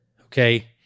okay